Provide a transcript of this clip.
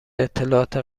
اطلاعات